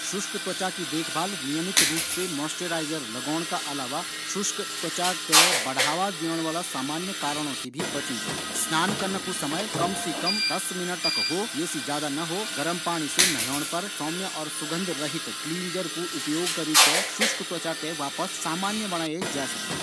शुष्क त्वचा की देखभाल नियमित रूप से मोईसचराइजर लगोण का अलावा शुष्क त्वचा थें बढ़ावा देण वाला सामान्य कारणों से भी बचयूं चैन्दू। स्नान करना कू समय कम से कम दस मिनट हो यी से ज्यादा ना हो। गर्म पणी से न्हेण पर सौम्य और सुगंध रहित क्लीनजर कू उपयोग करीक थें शुष्क त्वचा थें वापस सामान्य बणाये जै सकदू।